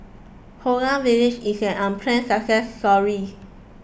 Holland Village is an unplanned success story